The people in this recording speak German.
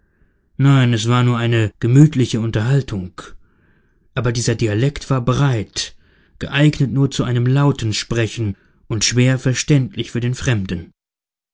nein es war nur eine gemütliche unterhaltung aber dieser dialekt war breit geeignet nur zu einem lauten sprechen und schwer verständlich für den fremden